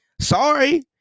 Sorry